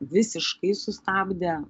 visiškai sustabdė